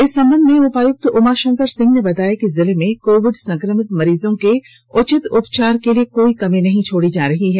इस संबंध में उपायुक्त उमाशंकर सिंह ने बताया कि जिले में कोविड संक्रमित मरीजों के उचित उपचार के लिए कोई कमी नहीं छोड़ी जा रही है